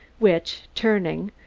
which, turning,